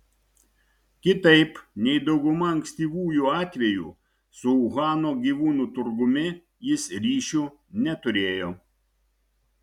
kitaip nei dauguma ankstyvųjų atvejų su uhano gyvūnų turgumi jis ryšių neturėjo